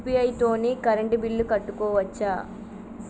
UPI తోని current bill కట్టుకోవచ్ఛా?